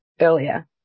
earlier